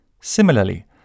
Similarly